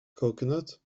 coconut